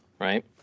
right